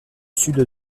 sud